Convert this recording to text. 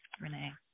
Renee